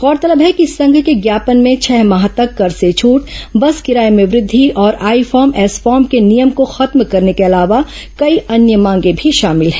गौरतलब है कि संघ के ज्ञापन में छह माह तक कर से छट बस किराये में वृद्धि और आई फॉर्म एस फॉर्म के नियम को खत्म करने के अलावा कई अन्य मांगें भी शामिल हैं